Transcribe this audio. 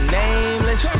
nameless